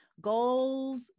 Goals